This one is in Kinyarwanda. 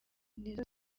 nizo